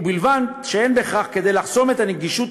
ובלבד שאין בכך כדי לחסום את הנגישות